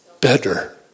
better